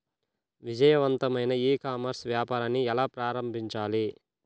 విజయవంతమైన e commerce వ్యాపారాన్ని ఎలా ప్రారంభించాలి?